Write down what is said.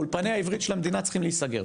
אולפני העברית של המדינה צריכים להיסגר.